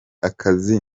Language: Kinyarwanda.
akazi